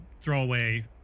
throwaway